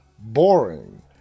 Boring